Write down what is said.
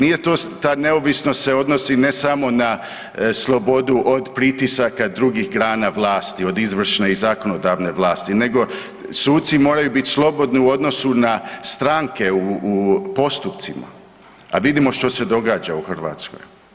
Nije to, ta neovisnost se odnosi ne samo na slobodu od pritisaka drugih grana vlasti, od izvršne i zakonodavne vlasti, nego suci moraju bit slobodni u odnosu na stranke u postupcima, a vidimo što se događa u Hrvatskoj.